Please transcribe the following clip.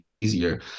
easier